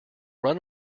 run